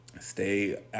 stay